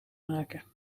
maken